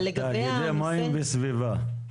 תאגידי המים והסביבה.